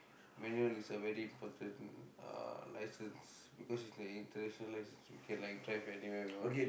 manual is a very important uh license because it is a international license we can like drive anywhere we want